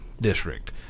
district